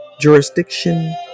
jurisdiction